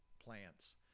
plants